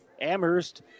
Amherst